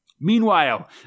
Meanwhile